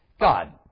God